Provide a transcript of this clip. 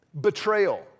betrayal